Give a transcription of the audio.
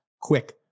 quick